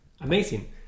amazing